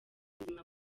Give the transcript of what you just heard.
buzima